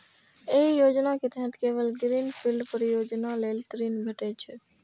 एहि योजना के तहत केवल ग्रीन फील्ड परियोजना लेल ऋण भेटै छै